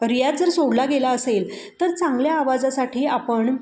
रियाज जर सोडला गेला असेल तर चांगल्या आवाजासाठी आपण